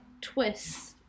twist